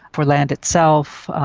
for land itself,